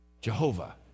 Jehovah